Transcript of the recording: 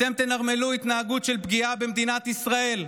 אתם תנרמלו התנהגות של פגיעה במדינת ישראל,